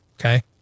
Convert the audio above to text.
Okay